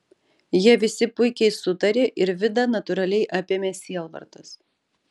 jie visi puikiai sutarė ir vidą natūraliai apėmė sielvartas